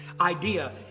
Idea